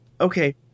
Okay